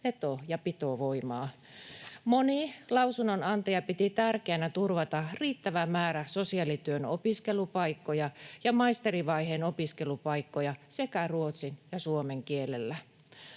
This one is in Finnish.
veto- ja pitovoimaa. Moni lausunnonantaja piti tärkeänä turvata riittävä määrä sosiaalityön opiskelupaikkoja ja maisterivaiheen opiskelupaikkoja sekä ruotsin että suomen kielellä.